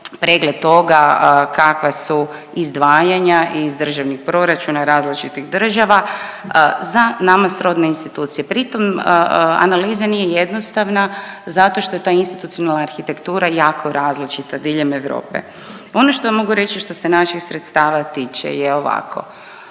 pregled toga kakva su izdvajanja iz državnog proračuna različitih država za nama srodne institucije. Pritom analiza nije jednostavna zato što je ta institucionalna arhitektura jako različita diljem Europe. Ono što ja mogu reći što se naših sredstava tiče je ovako,